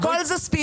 הכול זה ספינים,